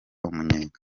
umunyenga